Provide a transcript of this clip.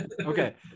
Okay